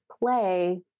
play